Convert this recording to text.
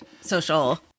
social